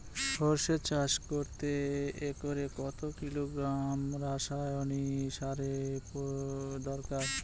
সরষে চাষ করতে একরে কত কিলোগ্রাম রাসায়নি সারের দরকার?